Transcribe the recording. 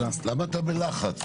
מה הלחץ?